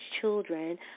children